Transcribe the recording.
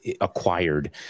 acquired